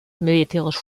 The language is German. militärisch